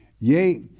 yea,